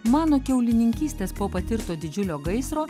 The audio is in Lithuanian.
mano kiaulininkystės po patirto didžiulio gaisro